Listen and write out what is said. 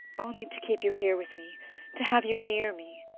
only to keep you here with me to have you near me.